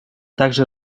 также